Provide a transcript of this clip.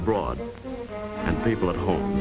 abroad and people at home